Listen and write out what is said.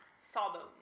Sawbones